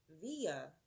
via